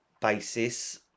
basis